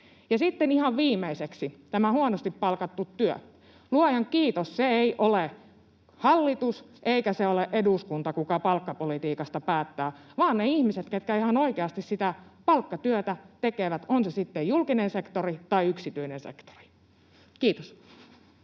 sitten ihan viimeiseksi tämä huonosti palkattu työ. Luojan kiitos se ei ole hallitus eikä se ole eduskunta, kuka palkkapolitiikasta päättää, vaan ne ihmiset, ketkä ihan oikeasti sitä palkkatyötä tekevät, on se sitten julkinen sektori tai yksityinen sektori. — Kiitos.